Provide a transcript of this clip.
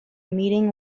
meeting